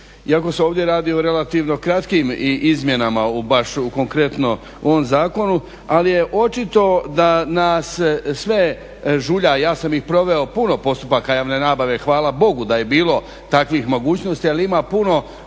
iako se ovdje radi o relativno kratkim izmjenama baš konkretno u ovom zakonu, ali je očito da nas sve žulja, ja sam ih proveo, puno postupaka javne nabave, hvala Bogu da je bilo takvih mogućnosti, ali ima puno